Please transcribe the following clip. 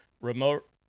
remote